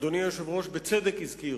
אדוני היושב-ראש בצדק הזכיר